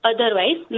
Otherwise